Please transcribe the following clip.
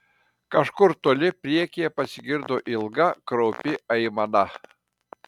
kažkur toli priekyje pasigirdo ilga kraupi aimana